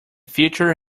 future